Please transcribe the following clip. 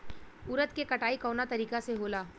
उरद के कटाई कवना तरीका से होला?